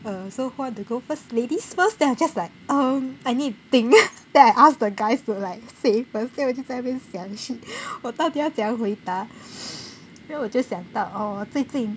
err so who want to go first ladies first then I just like um I need to think then I ask the guys to like say first then 我就在那边想 like shit 我到底要怎样回答 then 我就想到我最近